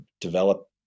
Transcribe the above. develop